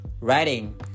Writing